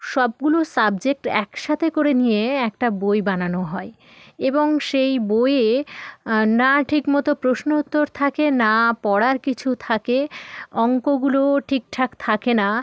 সবগুলো সাবজেক্ট এক সাথে করে নিয়ে একটা বই বানানো হয় এবং সেই বইয়ে না ঠিক মতো প্রশ্ন উত্তর থাকে না পড়ার কিছু থাকে অঙ্কগুলোও ঠিক ঠাক থাকে না